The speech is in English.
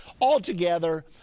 Altogether